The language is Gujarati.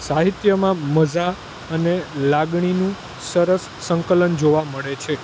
સાહિત્યમાં મજા અને લાગણીનું સરસ સંકલન જોવા મળે છે